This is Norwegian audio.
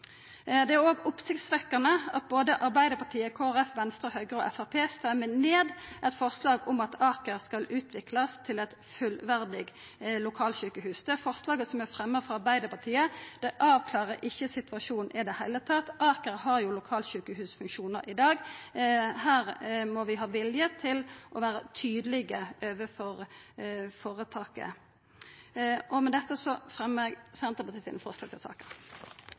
Det er òg oppsiktsvekkjande at både Arbeidarpartiet, Kristeleg Folkeparti, Venstre, Høgre og Framstegspartiet stemmer ned eit forslag om at Aker skal verta utvikla til eit fullverdig lokalsjukehus. Tilrådinga, som m.a. Arbeidarpartiet står bak, avklarar ikkje situasjonen i det heile. Aker har jo lokalsjukehusfunksjonar i dag. Her må vi ha vilje til å vera tydelege overfor føretaket. Med dette fremmar eg forslaga frå Senterpartiet og SV i saka.